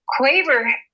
Quaver